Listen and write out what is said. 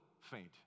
faint